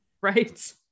right